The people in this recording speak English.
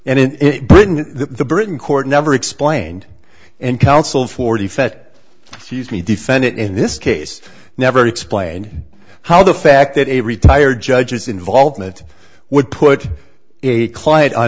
and in britain the britain court never explained and counsel for the fed she's me defendant in this case never explained how the fact that a retired judges involvement would put a client